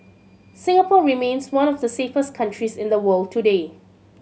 Singapore remains one of the safest countries in the world today